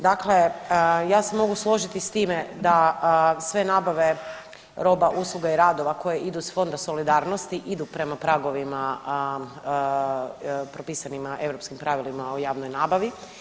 Dakle, ja se mogu složiti sa time da sve nabave roba, usluga i radova koje idu iz Fonda solidarnosti idu prema pragovima propisanima europskim pravilima o javnoj nabavi.